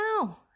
now